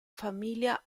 famiglia